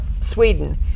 Sweden